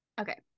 Okay